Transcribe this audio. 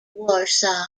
warsaw